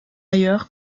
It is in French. ailleurs